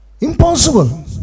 Impossible